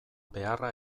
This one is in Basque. beharra